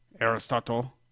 Aristotle